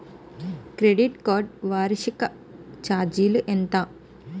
Credit card వార్షిక ఛార్జీలు ఎంత?